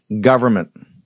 government